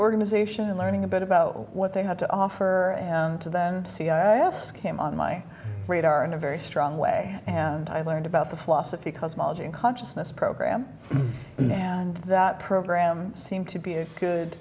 organization and learning a bit about what they had to offer and to then see i ask him on my radar in a very strong way and i learned about the philosophy cosmology and consciousness program now and that program seemed to be a good